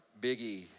Biggie